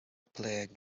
player